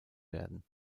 werden